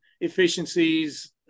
efficiencies